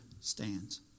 stands